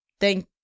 Thank